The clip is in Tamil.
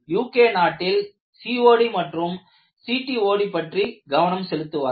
UK நாட்டில் COD மற்றும் CTOD பற்றி கவனம் செலுத்துவார்கள்